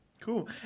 Cool